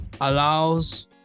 Allows